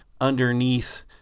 underneath